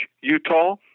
Utah